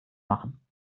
machen